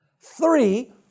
Three